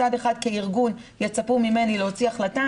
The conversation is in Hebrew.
מצד אחד כארגון יצפו ממני להוציא החלטה,